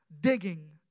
digging